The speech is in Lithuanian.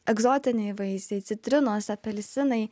egzotiniai vaisiai citrinos apelsinai